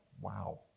wow